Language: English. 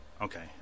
Okay